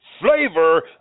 Flavor